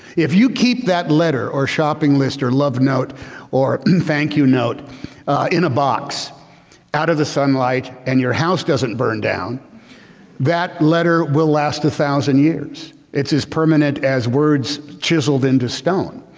if you keep that letter or shopping list or love note or thank you note in a box out of the sunlight and your house doesn't burn down that letter will last a thousand years. it's as permanent as words chiseled into stone.